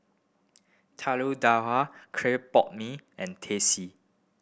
Telur Dadah clay pot mee and Teh C